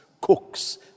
cooks